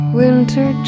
winter